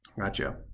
Gotcha